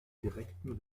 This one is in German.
direkten